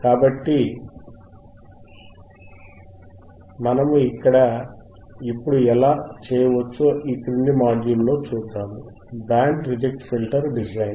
కాబట్టి మనము ఇక్కడ మరియు ఇప్పుడే ఎలా చేయవచ్చో ఈ క్రింది మాడ్యూల్ లో చూద్దాం బ్యాండ్ రిజెక్ట్ ఫిల్టర్ డిజైన్